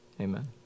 Amen